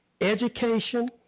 education